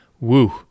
Woo